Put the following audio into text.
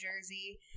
Jersey